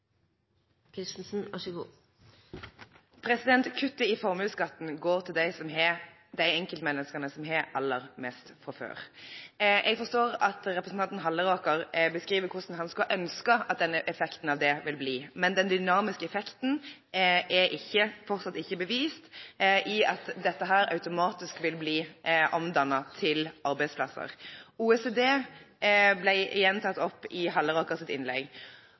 Kuttet i formuesskatten går til de enkeltmenneskene som har aller mest fra før. Jeg forstår at representanten Halleraker beskriver hvordan han skulle ønske at effekten av det vil bli, men den dynamiske effekten er fortsatt ikke bevist, at dette automatisk vil bli omdannet til arbeidsplasser. OECD ble igjen tatt opp i Hallerakers innlegg,